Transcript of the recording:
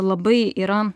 labai yra